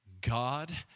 God